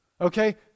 Okay